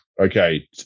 Okay